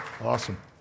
Awesome